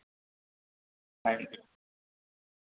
thank you